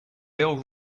bell